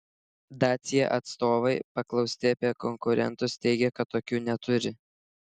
dacia atstovai paklausti apie konkurentus teigia kad tokių neturi